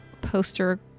poster